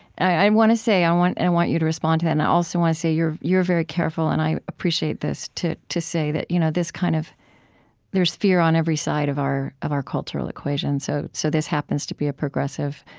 i want to say and i and want you to respond to it, and i also want to say, you're you're very careful and i appreciate this to to say that you know this kind of there's fear on every side of our of our cultural equation. so so this happens to be a progressive.